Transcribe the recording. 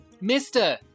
Mister